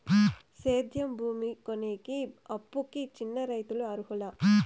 సేద్యం భూమి కొనేకి, అప్పుకి చిన్న రైతులు అర్హులా?